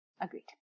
agreed